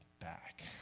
back